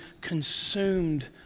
consumed